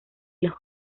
los